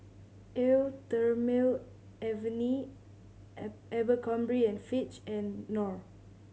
Eau Thermale Avene Abercrombie and Fitch and Knorr